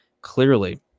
clearly